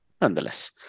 Nonetheless